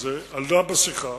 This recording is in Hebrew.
עלה בשיחה